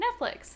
Netflix